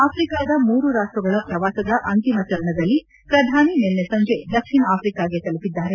ಆಫ್ರಿಕಾದ ಮೂರು ರಾಷ್ಟ್ರಗಳ ಪ್ರವಾಸದ ಅಂತಿಮ ಚರಣದಲ್ಲಿ ಪ್ರಧಾನಿ ನಿನ್ನೆ ಸಂಜೆ ದಕ್ಷಿಣ ಆಫ್ರಿಕಾಗೆ ತಲುಪಿದ್ದಾರೆ